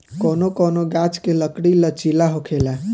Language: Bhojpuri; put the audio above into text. कौनो कौनो गाच्छ के लकड़ी लचीला होखेला